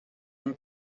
une